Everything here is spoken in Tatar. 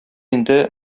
инде